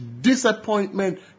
disappointment